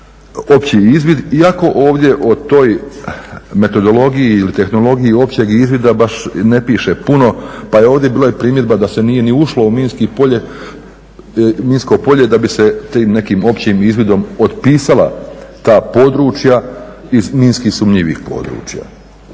opći izvid, iako ovdje o toj metodologiji ili tehnologiji općeg izvida baš ne piše puno pa je ovdje bila i primjedba da se nije ni ušlo u minsko polje da bi se tim nekim općim izvidom otpisala ta područja iz minski sumnjivih područja.